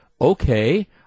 okay